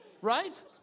Right